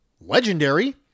legendary